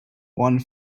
one